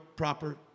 proper